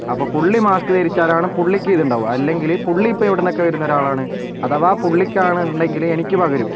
അപ്പോൾ പുള്ളി മാസ്ക് ധരിച്ചാലാണ് പുള്ളിക്ക് ഇതുണ്ടാവുക അല്ലെങ്കിൽ പുള്ളി ഇപ്പോൾ എവിടെ നിന്നൊക്കെ വരുന്ന ഒരാളാണ് അഥവാ പുള്ളിക്കാണ് ഉണ്ടെങ്കിൽ എനിക്ക് പകരും